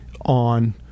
on